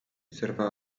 zerwała